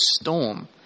storm